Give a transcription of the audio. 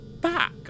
back